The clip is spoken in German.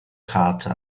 carter